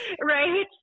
right